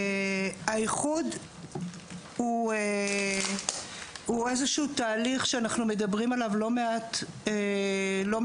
האיחוד הוא איזשהו תהליך שאנחנו מדברים עליו לא מעט שנים,